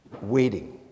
Waiting